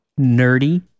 Nerdy